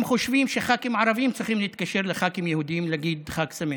הם חושבים שח"כים ערבים צריכים להתקשר לח"כים יהודים להגיד חג שמח,